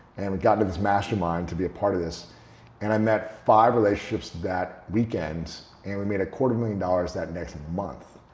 and we got into this mastermind to be a part of this and i met five relationships that weekend and we made a quarter million dollars that next month.